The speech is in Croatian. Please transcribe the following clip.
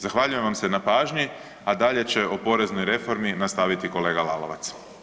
Zahvaljujem vam se na pažnji, a dalje će o poreznoj reformi nastaviti kolega Lalovac.